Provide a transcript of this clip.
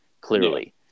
clearly